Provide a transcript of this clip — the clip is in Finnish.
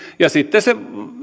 sitten se